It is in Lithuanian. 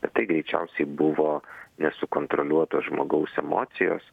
bet tai greičiausiai buvo nesukontroliuotos žmogaus emocijos